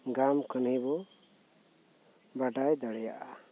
ᱜᱟᱢ ᱠᱟᱦᱱᱤ ᱵᱚ ᱵᱟᱰᱟᱭ ᱫᱟᱲᱮᱭᱟᱜᱼᱟ